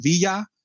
Villa